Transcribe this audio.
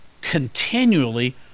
continually